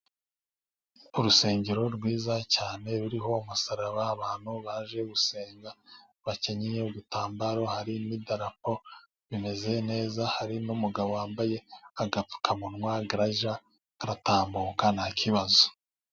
Urusengero rwiza cyane ruriho umusaraba, abantu baje gusenga bakenyeye ibitambaro, hari n'idarapo rimeze neza. Hari n'umugabo wambaye agapfukamunwa arajya aratambuka nta kibazo.